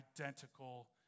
identical